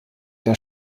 der